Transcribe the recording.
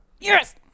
yes